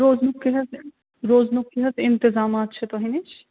روزنُک کیٛاہ حَظ روزنُک کیٛاہ حَظ اِنتظامات چھِ تۄہہِ نِش